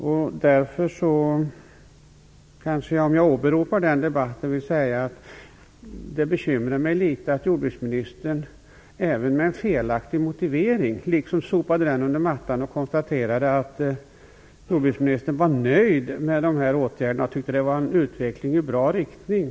Med åberopande av den debatten bekymrar det mig litet att jordbruksministern även med en felaktig motivering sopade detta under mattan och var nöjd, hon tyckte att det var en utveckling i bra riktning.